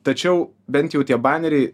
tačiau bent jau tie baneriai